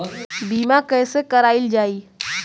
बीमा कैसे कराएल जाइ?